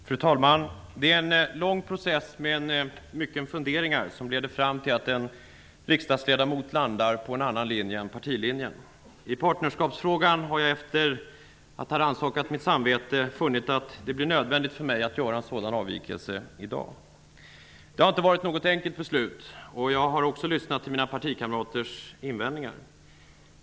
Fru talman! Det är en lång process med mycken funderingar som leder fram till att en riksdagsledamot landar på en annan linje än partilinjen. I partnerskapsfrågan har jag, efter att ha rannsakat mitt samvete, funnit att det blir nödvändigt för mig att göra en sådan avvikelse i dag. Det har inte varit ett enkelt beslut att fatta. Jag har också lyssnat till mina partikamraters invändningar.